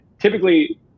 typically